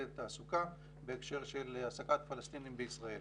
תעסוקה בהקשר של העסקת פלסטינים בישראל.